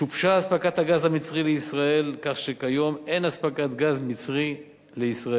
שובשה אספקת הגז המצרי לישראל כך שכיום אין אספקת גז מצרי לישראל.